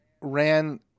ran